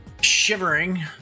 shivering